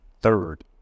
Third